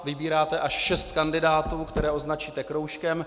Vybíráte až šest kandidátů, které označíte kroužkem.